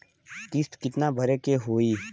किस्त कितना भरे के होइ?